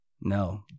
no